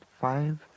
five